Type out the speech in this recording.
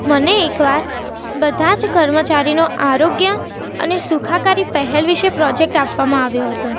મને એકવાર બધા જ કર્મચારીનો આરોગ્ય અને સુખાકારી પહેલ વિશે પ્રોજેક્ટ આપવામાં આવ્યો હતો